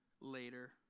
later